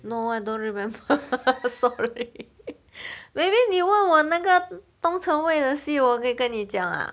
no I don't remember sorry maybe 你问我那个东城卫的戏我可以跟你讲 lah